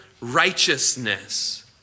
righteousness